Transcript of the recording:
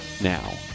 now